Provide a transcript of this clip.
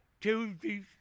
Tuesdays